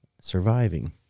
surviving